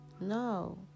no